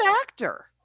actor